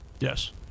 Yes